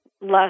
less